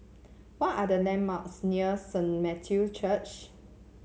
what are the landmarks near Saint Matthew Church